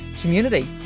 community